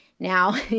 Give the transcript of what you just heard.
Now